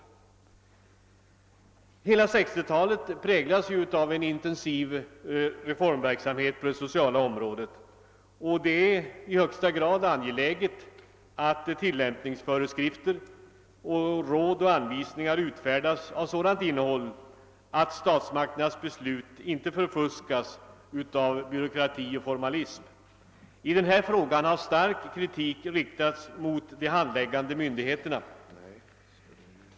Hela 1960-talet präglas av en intensiv reformverksamhet på det sociala området, och det är i högsta grad angeläget att tillämpningsföreskrifter samt råd och anvisningar utfärdas av sådant innehåll, att statsmakternas beslut icke förfuskas av byråkrati och formalism. I frågan om förtidspensioneringen har stark kritik riktats mot de handläggande myndigheterna.